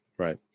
right